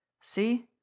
see